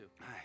Hi